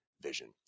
vision